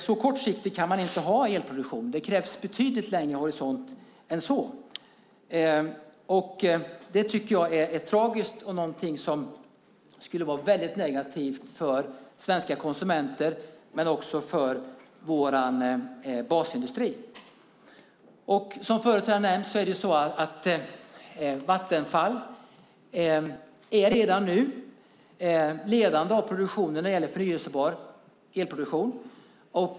Så kortsiktigt kan man inte ha elproduktion. Det krävs betydligt längre horisont än så. Jag tycker att det är tragiskt. Det skulle vara väldigt negativt för svenska konsumenter och för vår basindustri. Som förut har nämnts är Vattenfall redan nu ledande inom produktionen av förnybar el.